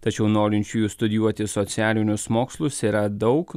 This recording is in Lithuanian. tačiau norinčiųjų studijuoti socialinius mokslus yra daug